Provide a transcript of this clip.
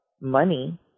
money